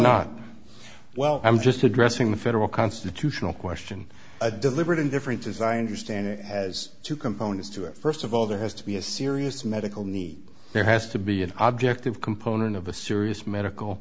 not well i'm just addressing the federal constitutional question a deliberate indifference as i understand it has two components to it st of all there has to be a serious medical need there has to be an object of component of a serious medical